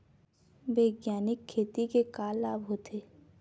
बैग्यानिक खेती के का लाभ होथे?